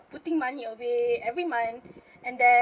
putting money away every month and then